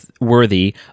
worthy